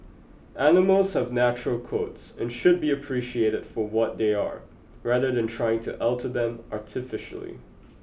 animals have natural coats and should be appreciated for what they are rather than trying to alter them artificially